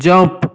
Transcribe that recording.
jump